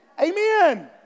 Amen